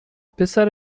پسر